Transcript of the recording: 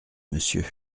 monsieur